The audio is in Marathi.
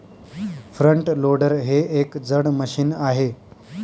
फ्रंट लोडर हे एक जड मशीन आहे